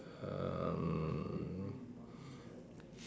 um